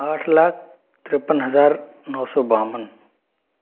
आठ लाख तिरेपन हजार नौ सौ बावन